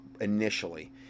initially